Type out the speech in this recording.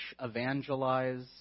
evangelize